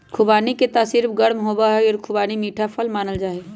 खुबानी के तासीर गर्म होबा हई और खुबानी मीठा फल मानल जाहई